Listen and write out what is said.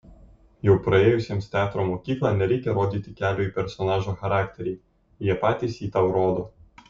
jau praėjusiems teatro mokyklą nereikia rodyti kelio į personažo charakterį jie patys jį tau rodo